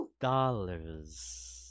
dollars